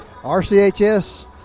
RCHS